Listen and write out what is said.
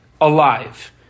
Alive